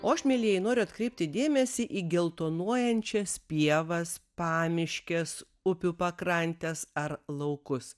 o aš mielieji noriu atkreipti dėmesį į geltonuojančias pievas pamiškes upių pakrantes ar laukus